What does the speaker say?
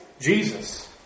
Jesus